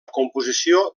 composició